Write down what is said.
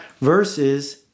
versus